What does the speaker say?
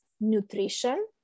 nutrition